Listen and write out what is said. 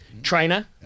Trainer